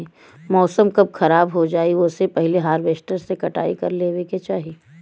मौसम कब खराब हो जाई ओसे पहिले हॉरवेस्टर से कटाई कर लेवे के चाही